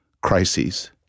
crises